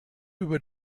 über